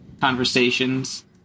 conversations